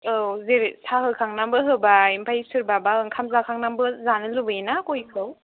औ जेरै साहा होखांनानैबो होबाय ओमफ्राय सोरबाबा ओंखाम जाखांनानैबो जानो लुबैयोना गयखौ